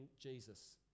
Jesus